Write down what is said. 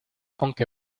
aunque